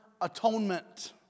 atonement